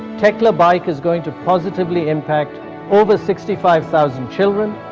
techlabike is going to positively impact over sixty five thousand children,